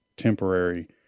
temporary